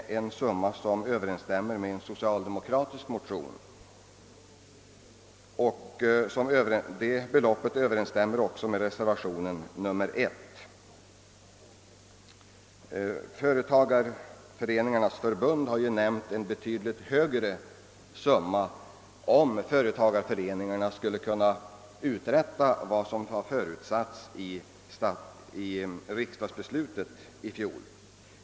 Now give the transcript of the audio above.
Denna siffra överensstämmer med vad som begärs i en socialdemokratisk motion och även med vad som yrkas i reservation 1. Företagareföreningarnas förbund har ju angivit att en betydligt högre summa behövs, om föreningarna skall kunna uträtta vad som förutsattes i fjolårets riksdagsbeslut.